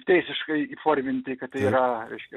teisiškai įforminti kad tai yra reiškia